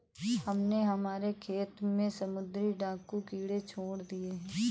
हमने हमारे खेत में समुद्री डाकू कीड़े छोड़ दिए हैं